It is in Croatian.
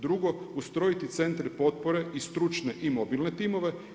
Drugo, ustrojiti centre potpore i stručne i mobilne timove.